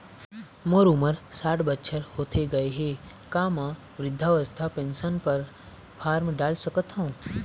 मोर उमर साठ बछर होथे गए हे का म वृद्धावस्था पेंशन पर फार्म डाल सकत हंव?